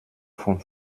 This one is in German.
von